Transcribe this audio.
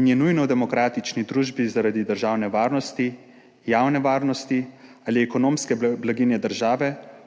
in je nujno v demokratični družbi zaradi državne varnosti, javne varnosti ali ekonomske blaginje države